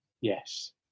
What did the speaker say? Yes